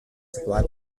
supply